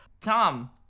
Tom